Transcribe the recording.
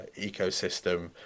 ecosystem